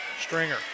Stringer